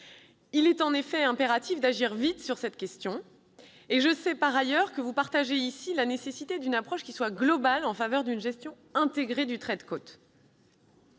Il est en effet impératif d'agir vite sur cette question, et je sais par ailleurs que vous partagez ici la nécessité d'avoir une approche globale en faveur d'une gestion intégrée du trait de